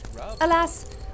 Alas